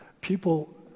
people